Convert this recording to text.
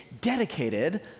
dedicated